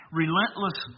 relentless